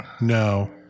No